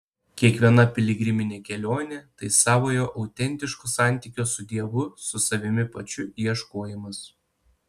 kiekviena piligriminė kelionė tai savojo autentiško santykio su dievu su savimi pačiu ieškojimas